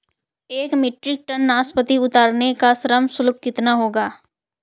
एक metric ton नाशपाती उतारने का श्रम शुल्क कितना होगा?